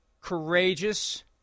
courageous